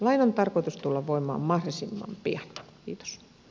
lain on tarkoitus tulla voimaan mahdollisimman pian vitas